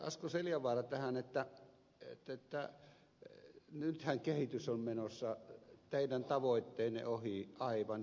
asko seljavaara tähän että nythän kehitys on menossa teidän tavoitteenne ohi aivan hillimättömällä vauhdilla